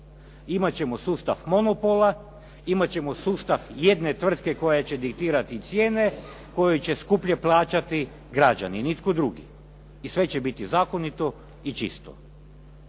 Imat ćemo sustav monopola, imat ćemo sustav jedne tvrtke koja će diktirati cijene koje će skuplje plaćati građani nitko drugi. I sve će biti zakonito i čisto.